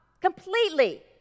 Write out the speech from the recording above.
completely